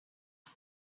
کنی